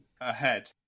ahead